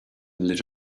lit